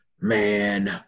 man